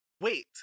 Wait